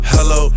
Hello